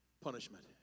punishment